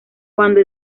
cuando